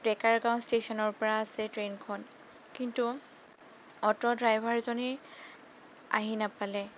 ডেকাৰ গাঁও ষ্টেচনৰ পৰা আছে ট্ৰেইনখন কিন্তু অ'টো ড্ৰাইভাৰজনেই আহি নাপালে